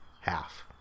half